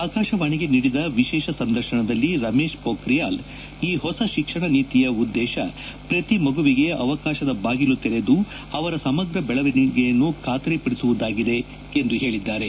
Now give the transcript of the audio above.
ಆಕಾಶವಾಣಿಗೆ ನೀಡಿದ ವಿಶೇಷ ಸಂದರ್ಶನದಲ್ಲಿ ರಮೇಶ್ ಪೋಖ್ರಿಯಾಲ್ ಈ ಹೊಸ ಶಿಕ್ಷಣ ನೀತಿಯ ಉದ್ದೇಶ ಪ್ರತಿ ಮಗುವಿಗೆ ಅವಕಾಶದ ಬಾಗಿಲು ತೆರೆದು ಅವರ ಸಮಗ್ರ ಬೆಳವಣಿಗೆಯನ್ನು ಖಾತರಿಪದಿಸುವುದಾಗಿದೆ ಎಂದು ಹೇಳಿದ್ದಾರೆ